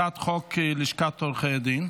הצעת חוק לשכת עורכי הדין,